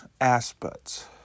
aspects